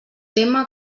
tema